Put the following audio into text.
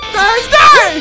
Thursday